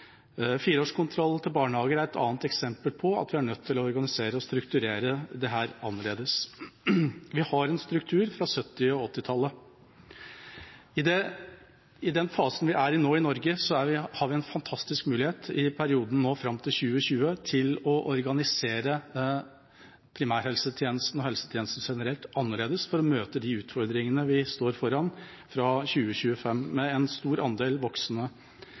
barnehager er et annet eksempel på at vi er nødt til å organisere og strukturere dette annerledes. Vi har en struktur fra 1970- og 1980-tallet. I den fasen vi er i nå i Norge, har vi en fantastisk mulighet i perioden fram til 2020 til å organisere primærhelsetjenesten og helsetjenesten generelt annerledes for å møte de utfordringene vi står foran fra 2025, med en stor andel